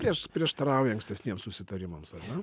prieš prieštarauja ankstesniem susitarimams ar ne